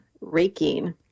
raking